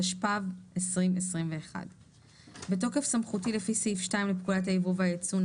התשפ"ב 2021 בתוקף סמכותי לפי סעיף 2 לפקודת היבוא והיצוא ,